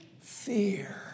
fear